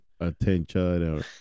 attention